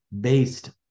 based